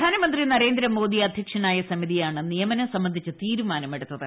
പ്രധാനമന്ത്രി നരേന്ദ്രമോദി അധ്യക്ഷനായ സമിതിയാണ് നിയമനം സംബന്ധിച്ച തീരുമാനം എടുത്തത്